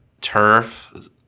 Turf